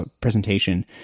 presentation